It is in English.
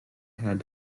had